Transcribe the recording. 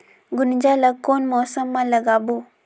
गुनजा ला कोन मौसम मा लगाबो?